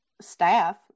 staff